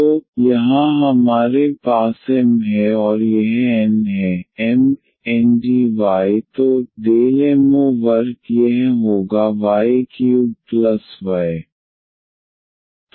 तो यहाँ हमारे पास M है और यह N है M dx N dy तो del M over del y हम यह होगा y क्यूब प्लस y